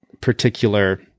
particular